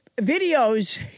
videos